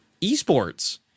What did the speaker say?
esports